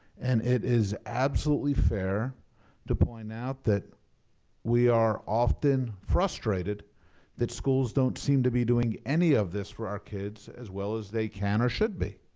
and it is absolutely fair to point out that we are often frustrated that schools don't seem to be doing any of this for our kids as well as they can or should be.